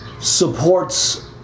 supports